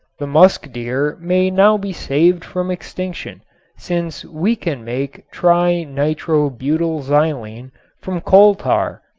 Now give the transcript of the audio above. the musk deer may now be saved from extinction since we can make tri-nitro-butyl-xylene from coal tar.